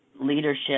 Leadership